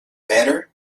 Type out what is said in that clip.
better